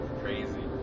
crazy